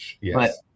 Yes